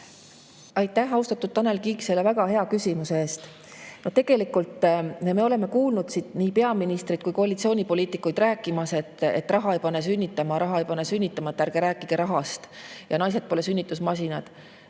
Aitäh, austatud Tanel Kiik, selle väga hea küsimuse eest! Tegelikult me oleme kuulnud siit nii peaministrit kui ka koalitsioonipoliitikuid rääkimas, et raha ei pane sünnitama, ärge rääkige rahast, naised pole sünnitusmasinad.